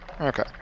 Okay